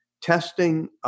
Testing